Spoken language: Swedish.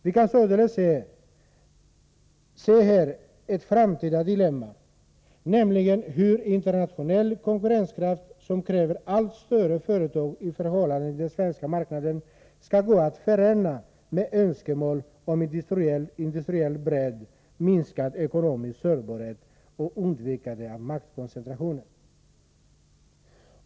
Vi kan således här se ett framtida dilemma, nämligen hur internationell konkurrenskraft, som kräver allt större företag i förhållande till den svenska marknaden, skall gå att förena med önskemål om industriell bredd, minskad ekonomisk sårbarhet och undvikande av maktkoncentration.